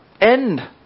end